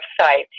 website